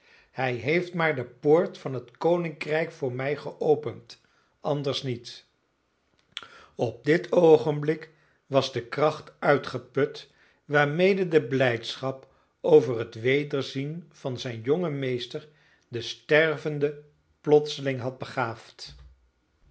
gedaan hij heeft maar de poort van het koninkrijk voor mij geopend anders niet op dit oogenblik was de kracht uitgeput waarmede de blijdschap over het wederzien van zijn jongen meester den stervende plotseling had begaafd